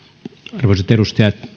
arvoisat edustajat